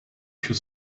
should